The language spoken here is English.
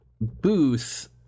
booth